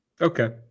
Okay